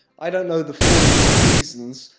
i don't know the full reasons.